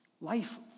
Life